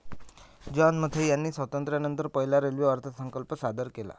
John Mathai यांनी स्वातंत्र्यानंतर पहिला रेल्वे अर्थसंकल्प सादर केला